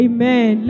Amen